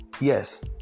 yes